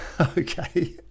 Okay